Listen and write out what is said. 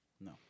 no